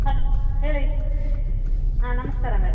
hello ಹೇಳಿ ಹಾಂ ನಮಸ್ಕಾರ ಮೇ